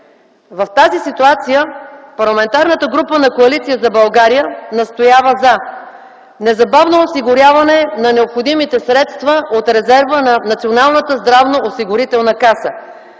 В тази ситуация Парламентарната група на Коалиция за България настоява за незабавно осигуряване на необходимите средства от резерва на Националната здравноосигурителна каса.